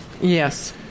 Yes